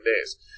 days